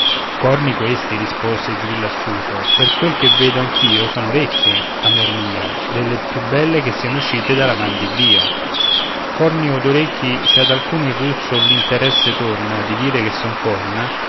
corni corni questi rispose il grillo astuto per quel che vedo anch'io son orecchie amor mio delle più belle che sian uscite dalla man di dio corni od orecchi se ad alcuno il ruzzo o l'interesse torna di dire che son corna